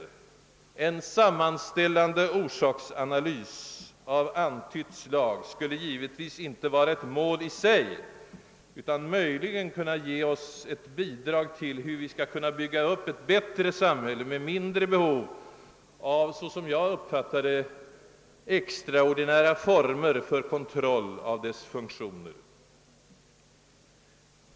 En sammanställande orsaksanalys av antytt slag skulle givetvis inte vara ett mål i sig utan möjligen kunna ge oss ett bidrag till lösningen av frågan om hur vi skall kunna bygga upp ett bättre samhälle med mindre behov av, såsom jag uppfattar det, extraordinära former för kontroll av dess funktioner.